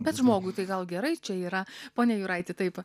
bet žmogui tai gal gerai čia yra ponia jūraiti taip